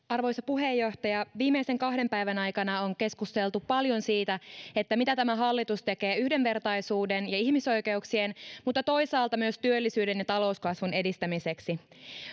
arvoisa puheenjohtaja viimeisen kahden päivän aikana on keskusteltu paljon siitä mitä tämä hallitus tekee yhdenvertaisuuden ja ihmisoikeuksien mutta toisaalta myös työllisyyden ja talouskasvun edistämiseksi